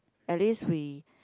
at least we